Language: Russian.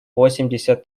восемьдесят